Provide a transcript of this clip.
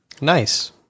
Nice